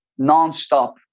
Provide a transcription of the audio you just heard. nonstop